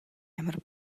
ямар